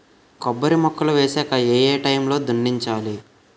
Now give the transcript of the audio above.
కొబ్బరి మొక్కలు వేసాక ఏ ఏ టైమ్ లో దున్నించాలి?